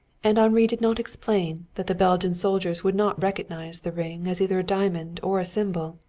and henri did not explain that the belgian soldiers would not recognize the ring as either a diamond or a symbol,